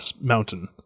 mountain